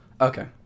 Okay